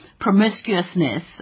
promiscuousness